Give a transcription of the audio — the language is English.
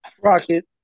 Rocket